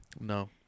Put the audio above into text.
No